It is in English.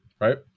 right